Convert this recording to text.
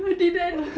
no I didn't